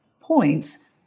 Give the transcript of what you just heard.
points